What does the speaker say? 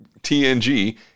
tng